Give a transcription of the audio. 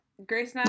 Grace